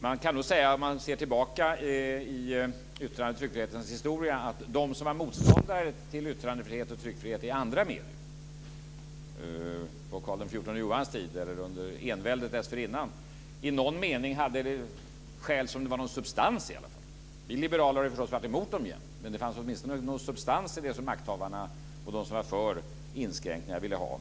Man kan säga, om man ser tillbaka på yttrandeoch tryckfrihetens historia, att de som var motståndare till yttrandefrihet och tryckfrihet i andra medier på Karl XIV Johans tid eller under enväldet dessförinnan i någon mening hade skäl som det i alla fall var någon substans i. Vi liberaler har förstås jämt varit emot dem, men det fanns åtminstone någon substans i det som makthavarna och de som var för inskränkningar ville ha.